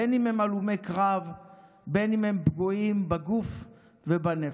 בין אם הם הלומי קרב ובין אם הם פגועים בגוף ובנפש.